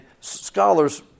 scholars